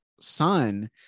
son